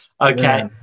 okay